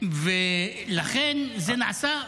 ולכן זה נעשה,